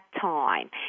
time